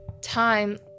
time